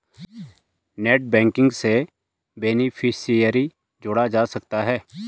net banking से beneficiary जोड़ा जा सकता है